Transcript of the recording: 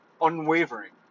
unwavering